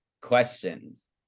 questions